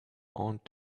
aunt